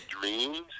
dreams